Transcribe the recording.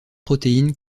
protéines